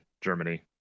Germany